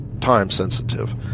time-sensitive